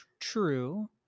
true